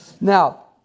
Now